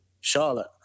Charlotte